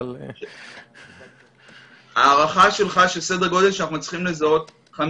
אבל קל לחשב.